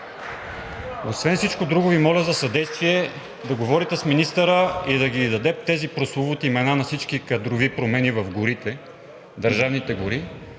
Освен всичко друго Ви моля за съдействие да говорите с министъра и да даде тези прословути имена на всички кадрови промени в горите – държавните гори,